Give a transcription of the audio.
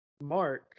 Mark